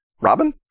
Robin